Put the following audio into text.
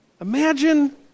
Imagine